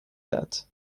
that